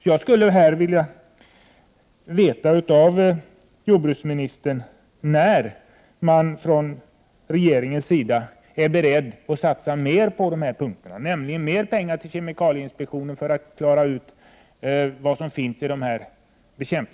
Jag skulle vilja få ett besked av jordbruksministern när regeringen är beredd att satsa mer pengar till kemikalieinspektionen för att man där skall kunna klara ut vad som finns i de bekämpningsmedel som ännu inte har studerats.